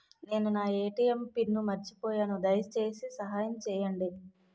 నేను నా ATM pin మర్చిపోయాను, దయచేసి సహాయం చేయండి